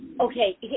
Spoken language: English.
okay